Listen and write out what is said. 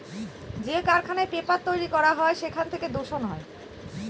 যে কারখানায় পেপার তৈরী করা হয় সেখান থেকে দূষণ হয়